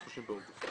באוגוסט.